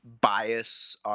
bias